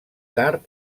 tard